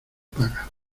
paga